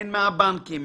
הן מהבנקים,